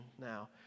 now